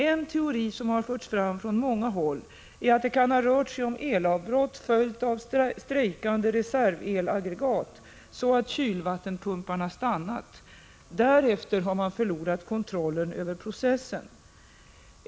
En teori som har förts fram från många håll är att det kan ha rört sig om elavbrott — följt av strejkande reservelaggregat — så att kylvattenpumparna stannat. Därefter har man förlorat kontrollen över processen.